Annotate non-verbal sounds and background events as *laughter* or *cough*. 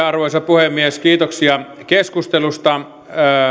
*unintelligible* arvoisa puhemies kiitoksia keskustelusta